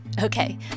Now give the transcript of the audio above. Okay